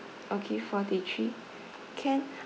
okay forty three can